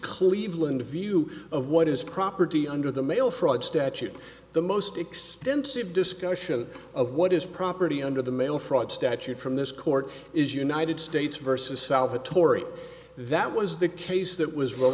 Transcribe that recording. cleveland view of what is property under the mail fraud statute the most extensive discussion of what is property under the mail fraud statute from this court is united states versus salvatore that was the case that was